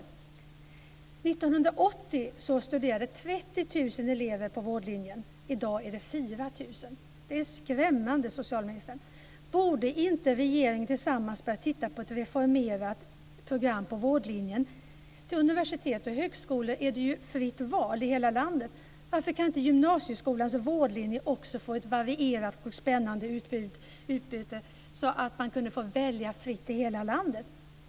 1980 studerade 30 000 elever på vårdlinjen. I dag är det 4 000. Det är skrämmande, socialministern! Borde man inte i regeringen tillsammans börja titta på ett reformerat program på vårdlinjen? Till universitet och högskolor är det ju fritt val i hela landet. Varför kan då inte gymnasieskolans vårdlinje också få ett varierat och spännande utbud, så att man kunde få välja fritt i hela landet?